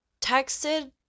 Texted